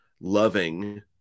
loving